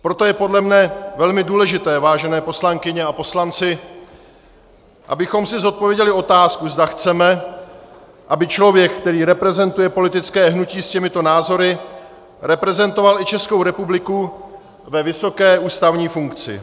Proto je podle mne velmi důležité, vážené poslankyně a poslanci, abychom si zodpověděli otázku, zda chceme, aby člověk, který reprezentuje politické hnutí s těmito názory, reprezentoval i Českou republiku ve vysoké ústavní funkci.